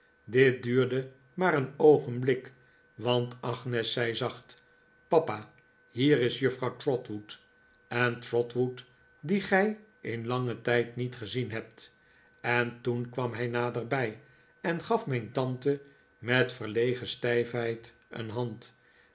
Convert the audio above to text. dit duurde maar een oogenblik want agnes zei zacht papa hier is juffrouw trotwood en trotwood dien gij in langen tijd niet gezien hebt en toen kwam hij naderbij en gaf mijn tante met verlegen stijfheid een hand